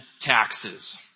taxes